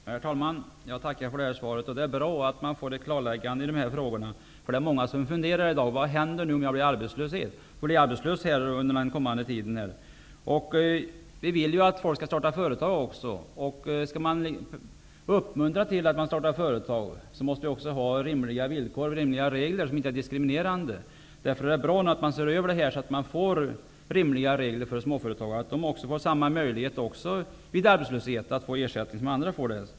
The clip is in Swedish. Herr talman! Jag tackar för det här svaret. Det är bra att man får klarlägganden i dessa frågor. Många funderar i dag över vad som kommer att hända om de blir arbetslösa. Vi vill att folk skall starta företag. Skall man uppmuntra till att folk startar företag måste reglerna och villkoren vara rimliga och inte diskriminerande. Det är bra att man gör en översyn så att man får rimliga regler för småföretagare, så att de får samma möjlighet som andra att få ersättning vid arbetslöshet.